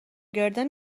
گردن